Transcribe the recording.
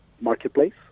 marketplace